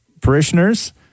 parishioners